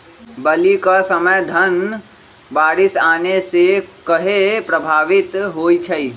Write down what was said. बली क समय धन बारिस आने से कहे पभवित होई छई?